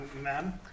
ma'am